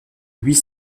huit